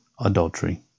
adultery